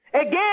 Again